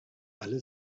alle